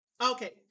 okay